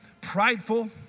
prideful